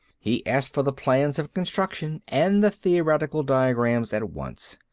he asked for the plans of construction and the theoretical diagrams at once.